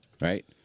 right